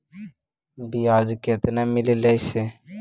बियाज केतना मिललय से?